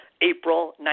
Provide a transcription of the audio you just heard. April